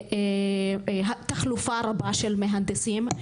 תחלופה רבה של מהנדסים,